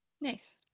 Nice